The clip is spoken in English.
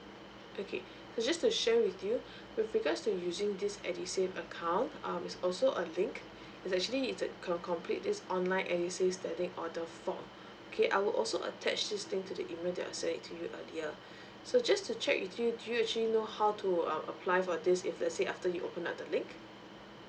okay so just to share with you with regards to using this edusave account um it's also a link it's actually it's a com~ complete this online edusave standing order form okay I will also attach this link to the email that I'll send it to you earlier so just to check with you do you actually know how to uh apply for this if let's say after you open up the link